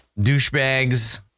douchebags